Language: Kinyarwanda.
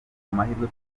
amahirwe